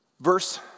Verse